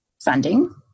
funding